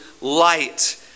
light